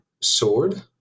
sword